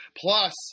Plus